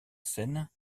scène